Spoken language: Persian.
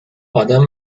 ادم